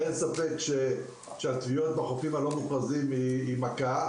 אין ספק שהטביעות בחופים הלא מוכרזים הם מכה,